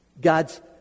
God's